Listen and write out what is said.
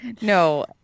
No